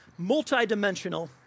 Multidimensional